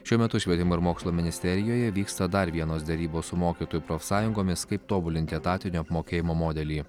šiuo metu švietimo ir mokslo ministerijoje vyksta dar vienos derybos su mokytojų profsąjungomis kaip tobulinti etatinio apmokėjimo modelį